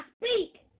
speak